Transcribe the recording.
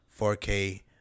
4K